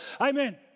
Amen